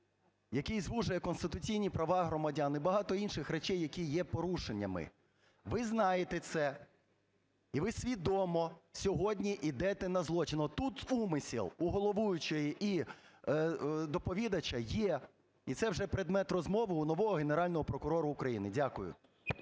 який звужує конституційні права громадян і багато інших речей, які є порушеннями. Ви знаєте це, і ви свідомо сьогодні ідете на злочин, тут умисел у головуючої і доповідача є, і це вже предмет розмови у нового Генерального прокурора України. Дякую.